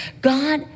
God